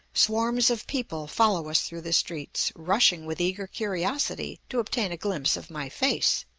swarms of people follow us through the streets, rushing with eager curiosity to obtain a glimpse of my face.